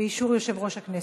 באישור יושב-ראש הכנסת.